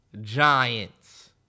Giants